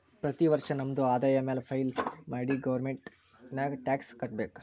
ಪ್ರತಿ ವರ್ಷ ನಮ್ದು ಆದಾಯ ಮ್ಯಾಲ ಫೈಲ್ ಮಾಡಿ ಗೌರ್ಮೆಂಟ್ಗ್ ಟ್ಯಾಕ್ಸ್ ಕಟ್ಬೇಕ್